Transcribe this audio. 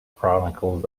chronicles